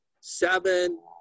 seven